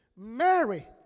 Mary